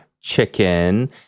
chicken